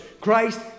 Christ